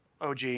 OG